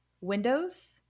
windows